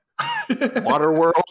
Waterworld